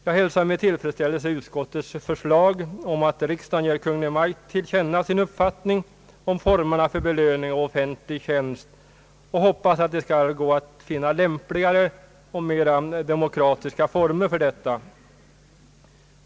Jag hälsar med tillfredsställelse utskottets förslag att riksdagen skall ge Kungl. Maj:t sin uppfattning till känna om formerna för belöning av personer i offentlig tjänst och hoppas det skall bli möjligt att finna mera lämpliga och demokratiska former för sådana belöningar.